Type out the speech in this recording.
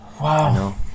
wow